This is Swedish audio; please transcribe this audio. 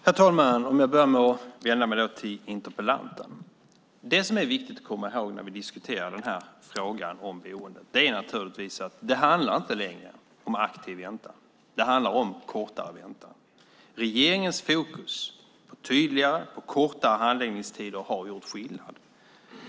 Herr talman! Jag börjar med att vända mig till interpellanten. Det som är viktigt att komma ihåg när vi diskuterar frågan om boendet är naturligtvis att det inte längre handlar om aktiv väntan, utan det handlar om kortare väntan. Regeringens fokus på tydligare och kortare handläggningstider har gjort skillnad.